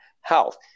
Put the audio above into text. health